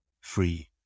free